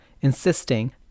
insisting